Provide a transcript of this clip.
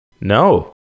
no